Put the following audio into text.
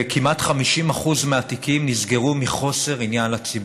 כמעט 50% מהתיקים נסגרו מחוסר עניין לציבור,